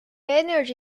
energy